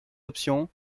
options